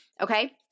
okay